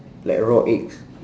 like raw eggs